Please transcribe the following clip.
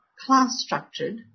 class-structured